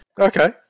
Okay